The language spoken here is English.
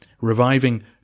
reviving